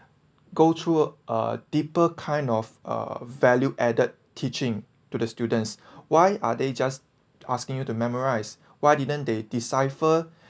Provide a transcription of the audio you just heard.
go through uh a deeper kind of uh value added teaching to the students why are they just asking you to memorize why didn't they decipher